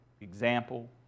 example